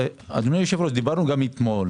אדוני היושב-ראש, דיברנו גם אתמול.